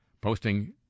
posting